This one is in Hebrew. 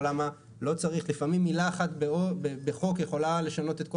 או למה לא צריך לפעמים מילה אחת בחוק יכולה לשנות את כל